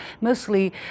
mostly